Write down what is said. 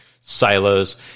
silos